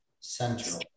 Central